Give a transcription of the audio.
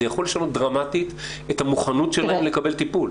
זה יכול לשנות דרמטית את המוכנות שלהם לקבל טיפול.